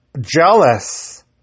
jealous